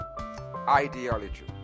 ideology